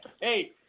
hey